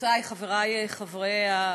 חברותי וחברי חברי הכנסת,